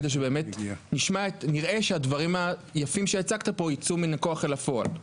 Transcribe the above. כך נראה שהדברים היפים שהצגת פה ייצאו מן הכוח אל הפועל.